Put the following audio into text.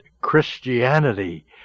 Christianity